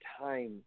time